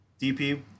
DP